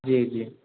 जी जी